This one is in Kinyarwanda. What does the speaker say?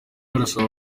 arasaba